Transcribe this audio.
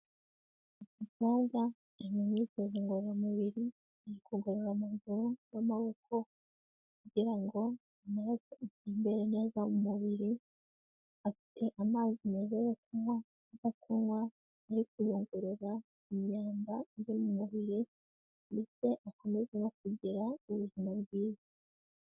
Umukobwa ari mu myitozo ngororamubiri, ari kugorora amaguru n'amaboko, kugira ngo amaraso atembere neza mu mubiri, afite amazi meza yo kunywa, ari kunywa no kuyungura imyanda iri mu mubiri, ndetse akomeza no kugira ubuzima bwiza.